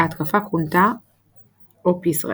ההתקפה כונתה OpIsrael#.